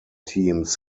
teams